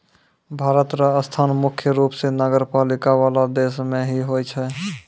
भारत र स्थान मुख्य रूप स नगरपालिका वाला देश मे ही होय छै